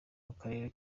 n’akarere